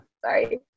Sorry